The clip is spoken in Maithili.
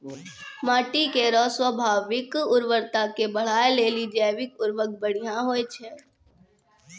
माटी केरो स्वाभाविक उर्वरता के बढ़ाय लेलि जैविक उर्वरक बढ़िया होय छै